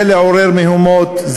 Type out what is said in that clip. זה לעורר מהומות,